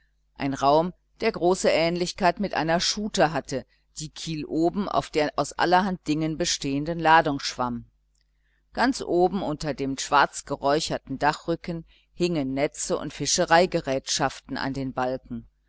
ein raum der große ähnlichkeit mit einer schute hatte die kieloben auf der aus allerhand dingen bestehenden ladung schwamm ganz oben unter dem schwarzgeräucherten dachrücken hingen netze und fischereigerätschaften an den balken